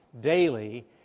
daily